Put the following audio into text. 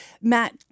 Matt